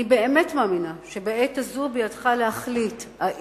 אני באמת מאמינה שבעת הזו בידך להחליט אם